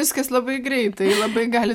viskas labai greitai labai gali